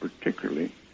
particularly